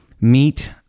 meet